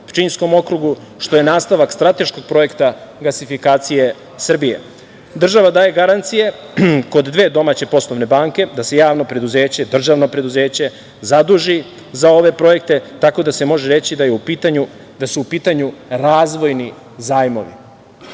Pčinjskom okrugu, što je nastavak strateškog projekta gasifikacije Srbije. Država daje garancije kod dve domaće poslovne banke da se javno preduzeće, državno preduzeće zaduži za ove projekte, tako da se može reći da su u pitanju razvojni